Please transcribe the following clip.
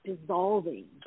dissolving